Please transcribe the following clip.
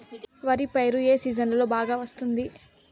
వరి పైరు ఏ సీజన్లలో బాగా వస్తుంది